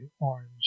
orange